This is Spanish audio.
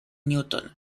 newton